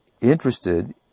interested